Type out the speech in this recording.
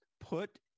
put